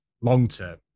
long-term